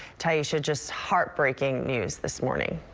taisha just heart breaking news this morning.